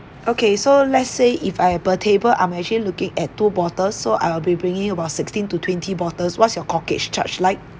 okay so let's say if I per table I'm actually looking at two bottles so I'll be bringing about sixteen to twenty bottles what's your corkage charge like